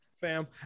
fam